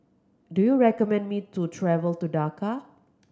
do you recommend me to travel to Dhaka